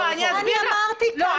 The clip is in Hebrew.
אני אמרתי כמה פעמים,